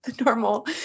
normal